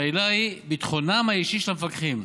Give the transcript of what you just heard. שהעילה היא ביטחונם האישי של המפקחים,